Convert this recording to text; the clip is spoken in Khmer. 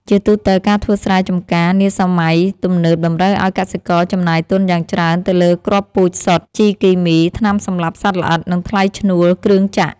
ជាទូទៅ ការធ្វើស្រែចម្ការនាសម័យទំនើបតម្រូវឱ្យកសិករចំណាយទុនយ៉ាងច្រើនទៅលើគ្រាប់ពូជសុទ្ធ ជីគីមី ថ្នាំសម្លាប់សត្វល្អិត និងថ្លៃឈ្នួលគ្រឿងចក្រ។